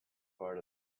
part